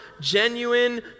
genuine